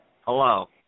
Hello